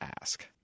ask